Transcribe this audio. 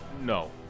no